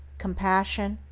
compassion,